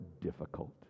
difficult